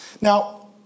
Now